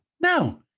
no